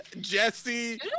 Jesse